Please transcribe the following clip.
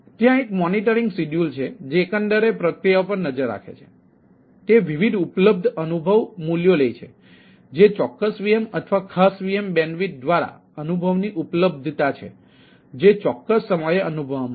ત્યાં એક monitoring module દ્વારા અનુભવની ઉપલબ્ધતા છે જે ચોક્કસ સમયે અનુભવવામાં આવે છે